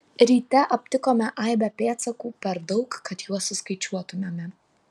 ryte aptikome aibę pėdsakų per daug kad juos suskaičiuotumėme